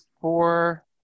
four